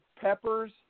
Peppers